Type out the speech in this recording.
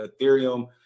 Ethereum